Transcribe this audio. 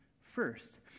first